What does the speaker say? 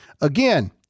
Again